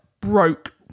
broke